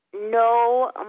no